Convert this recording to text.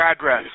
address